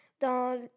dans